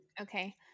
Okay